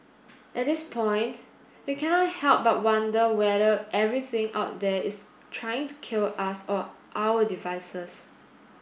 at this point we cannot help but wonder whether everything out there is trying to kill us or our devices